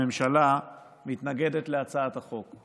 הממשלה מתנגדת להצעת החוק.